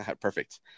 perfect